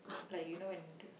like you know when the